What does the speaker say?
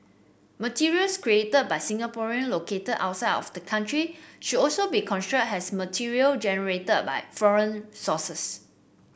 materials created by Singaporean located outside of the country should also be construed as material generated by foreign sources